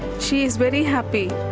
she is very happy.